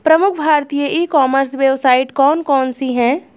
प्रमुख भारतीय e commerce website कौन कौन सी हैं?